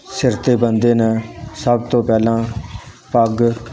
ਸਿਰ 'ਤੇ ਬੰਨ੍ਹਦੇ ਨੇ ਸਭ ਤੋਂ ਪਹਿਲਾਂ ਪੱਗ